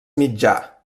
mitjà